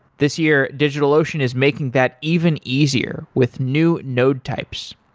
this year, digitalocean is making that even easier with new node types.